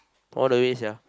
all the way sia